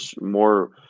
more –